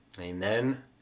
amen